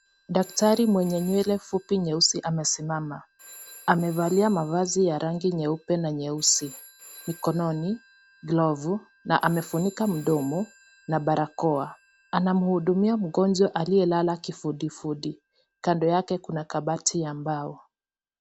Daktari mwenye nywele fupi nyeusi amesimama. Amevalia mavazi ya rangi nyeupe na nyeusi. Mikononi glovu na amefunika mdomo na barakoa. Anamhudumia mgonjwa aliyelala kifudifudi. Kando yake kuna kabati ya mbao.